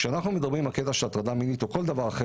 כשאנחנו מדברים על הטרדה מינית או כל דבר אחר